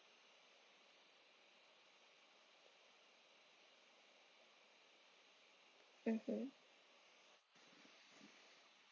mmhmm